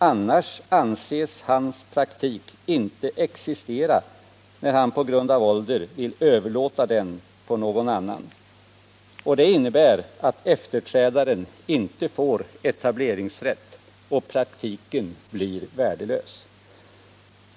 Annars anses hans praktik inte existera, när han av åldersskäl vill överlåta den på någon annan. Detta innebär att efterträdaren inte kan få etableringsrätt, och praktiken blir värdelös.